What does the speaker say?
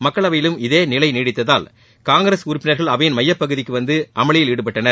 மக்களவையிலும் இதே நிலை நீடித்ததால் காங்கிரஸ் உறுப்பினர்கள் அவையின் மையப்பகுதிக்கு வந்து அமளியில் ஈடுபட்டனர்